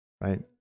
right